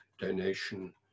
donation